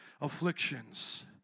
afflictions